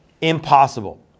Impossible